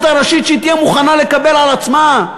הראשית שהיא תהיה מוכנה לקבל על עצמה.